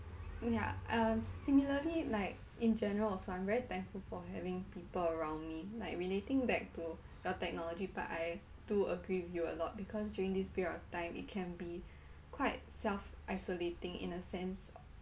ya um similarly like in general also I'm very thankful for having people around me like relating back to your technology part I do agree with you a lot because during this period of time it can be quite self-isolating in a sense